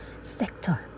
sector